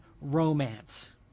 romance